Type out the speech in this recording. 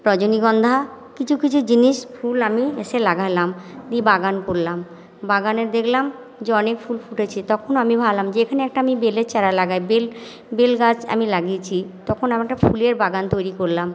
রজনীগন্ধা কিছু কিছু জিনিস ফুল আমি এসে লাগালাম দিয়ে বাগান করলাম বাগানের দেখলাম যে অনেক ফুল ফুটেছে তখন আমি ভাবলাম যে এখানে একটা আমি বেলের চারা লাগাই বেল বেল গাছ আমি লাগিয়েছি তখন আমি একটা ফুলের বাগান তৈরি করলাম